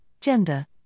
gender